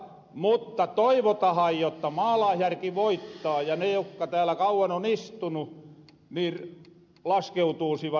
mutta toivotahan jotta maalaisjärki voittaa ja ne jokka täällä kauan on istunu niin laskeutuisivat ruohonjuuritasolle